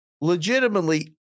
Legitimately